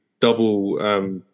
double